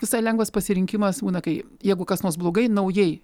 visai lengvas pasirinkimas būna kai jeigu kas nors blogai naujai